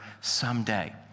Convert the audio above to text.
someday